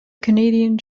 canadian